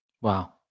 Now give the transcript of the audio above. Wow